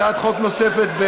נוספת,